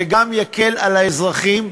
וגם יקל על האזרחים.